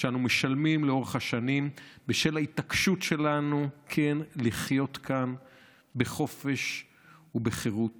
שאנו משלמים לאורך השנים בשל ההתעקשות שלנו כן לחיות כאן בחופש ובחירות